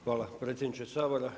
Hvala predsjedniče Sabora.